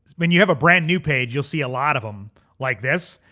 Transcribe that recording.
when you have a brand new page, you'll see a lot of them like this.